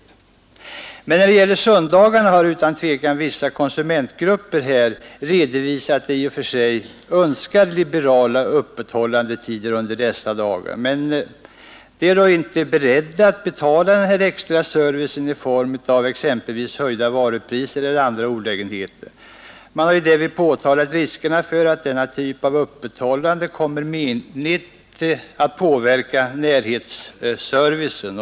Vad beträffar affärernas öppethållande på söndagarna har utan tvivel vissa konsumentgrupper redovisat att de i och för sig önskat liberala öppethållandetider under dessa dagar, men de är inte villiga att betala vad denna extra service kostar i form av höjda varupriser eller andra olägenheter. Man har därvid påtalat riskerna för att denna typ av öppethållande kommer att menligt påverka närhetsservicen.